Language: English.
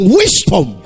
wisdom